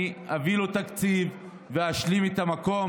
אני אביא לו תקציב ואשלים את המקום.